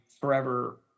forever –